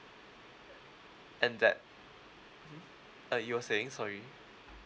and that mmhmm uh you were saying sorry